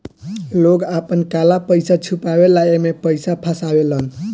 लोग आपन काला पइसा छुपावे ला एमे पइसा फसावेलन